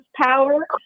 power